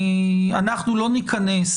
אנחנו לא נכנס